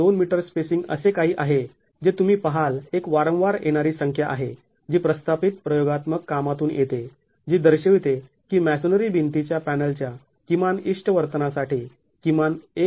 २ m spacing असे काही आहे जे तुम्ही पहाल एक वारंवार येणारी संख्या आहे जी प्रस्थापित प्रयोगात्मक कामातून येते जी दर्शविते की मॅसोनरी भिंतीच्या पॅनलच्या किमान इष्ट वर्तना साठी किमान १